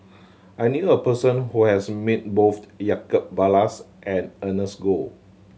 I knew a person who has met both Jacob Ballas and Ernest Goh